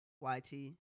Y-T